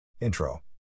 Intro